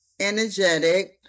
energetic